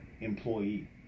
employee